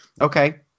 Okay